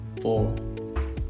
four